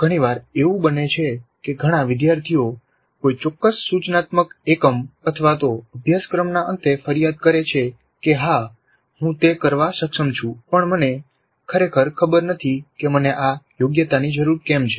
ઘણી વાર એવું બને છે કે ઘણા વિદ્યાર્થીઓ કોઈ ચોક્કસ સૂચનાત્મક એકમ અથવા તો અભ્યાસક્રમના અંતે ફરિયાદ કરે છે કે હા હું તે કરવા સક્ષમ છું પણ મને ખરેખર ખબર નથી કે મને આ યોગ્યતાની જરૂર કેમ છે